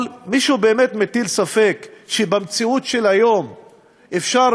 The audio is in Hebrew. אבל מישהו באמת מטיל ספק שבמציאות של היום אפשר,